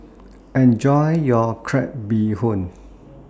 Enjoy your Crab Bee Hoon